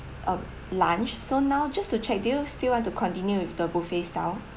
um lunch so now just to check do you still want to continue with the buffet style